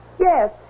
Yes